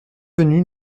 venus